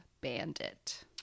bandit